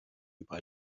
über